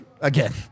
again